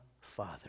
Father